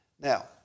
Now